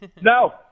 No